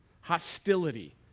hostility